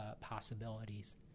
possibilities